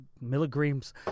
milligrams